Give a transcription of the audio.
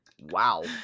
Wow